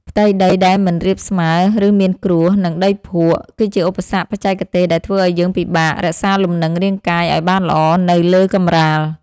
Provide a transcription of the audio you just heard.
ផ្ទៃដីដែលមិនរាបស្មើ ឬមានគ្រួស និងដីភក់ គឺជាឧបសគ្គបច្ចេកទេសដែលធ្វើឱ្យយើងពិបាករក្សាលំនឹងរាងកាយឱ្យបានល្អនៅលើកម្រាល។